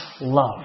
love